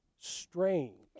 strange